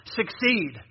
succeed